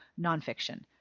nonfiction